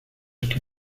que